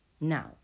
Now